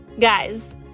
Guys